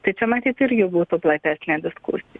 tai čia matyt irgi būtų platesnė diskusija